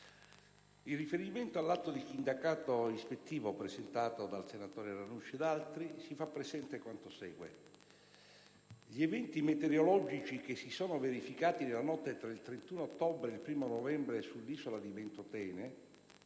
in riferimento all'atto di sindacato ispettivo presentato dal senatore Ranucci e da altri senatori, si fa presente quanto segue. Gli eventi meteorologici che si sono verificati nella notte tra il 31 ottobre e il 1° novembre sull'isola di Ventotene